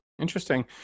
Interesting